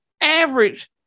average